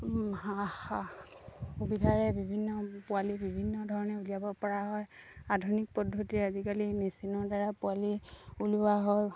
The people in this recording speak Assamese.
হাঁহ সুবিধাৰে বিভিন্ন পোৱালি বিভিন্ন ধৰণে উলিয়াব পৰা হয় আধুনিক পদ্ধতিৰে আজিকালি মেচিনৰদ্বাৰা পোৱালি ওলোৱা হয়